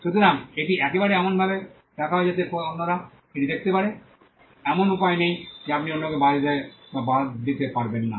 সুতরাং এটি একবারে এমনভাবে রাখা হয়েছে যাতে অন্যরা এটি দেখতে পারে এমন উপায় নেই যে আপনি অন্যকে বাধা দিতে বা বাদ দিতে পারেন না